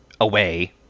away